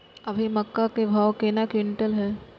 अभी मक्का के भाव केना क्विंटल हय?